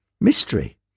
mystery